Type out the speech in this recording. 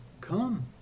Come